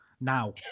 now